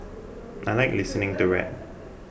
I like listening to rap